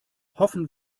hoffen